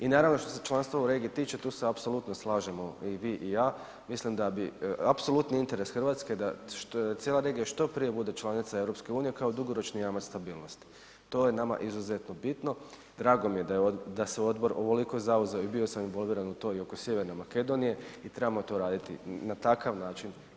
I naravno što se članstva u regiji tiče, tu se apsolutno slažemo i vi i ja, mislim da bi, apsolutni interes RH da cijela regija što prije bude članica EU kao dugoročni jamac stabilnosti, to je nama izuzetno bitno, drago mi je da se odbor ovoliko zauzeo i bio sam involviran u toj i oko Sjeverne Makedonije i trebamo to raditi na takav način barem po meni